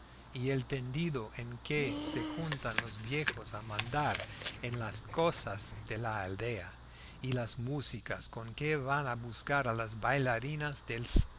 y el tendido en que se juntan los viejos a mandar en las cosas de la aldea y las músicas con que van a buscar a las bailarinas descalzas de